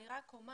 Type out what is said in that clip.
אני רק אומר